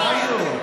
הבנו.